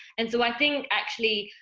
and so i think actually,